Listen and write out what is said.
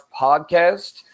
podcast